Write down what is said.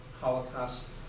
Holocaust